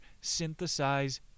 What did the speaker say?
synthesize